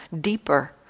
deeper